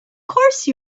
course